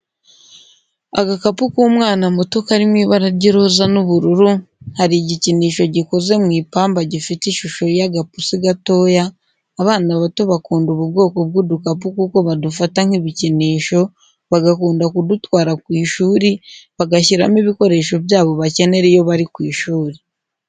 Agakapu k'umwana muto kari mu ibara ry'iroza n'ubururu, hari igikinisho gikoze mu ipamba gifite ishusho y'agapusi gatoya, abana bato bakunda ubu bwoko bw'udukapu kuko badufata nk'ibikinisho bagakunda kudutwara ku ishuri, bagashyiramo ibikoresho byabo bakenera iyo bari ku ishuri.